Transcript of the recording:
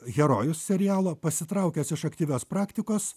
herojus serialo pasitraukęs iš aktyvios praktikos